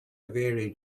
vary